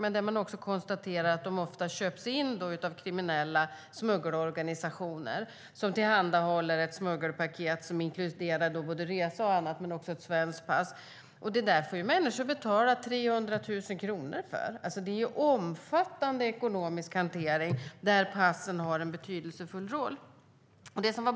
De konstaterade också att de ofta köps in av kriminella smuggelorganisationer, som tillhandahåller ett smuggelpaket som inkluderar resa och annat men också ett svenskt pass. Det får människor betala 300 000 kronor för. Det är alltså en omfattande ekonomisk hantering där passen har en betydelsefull roll.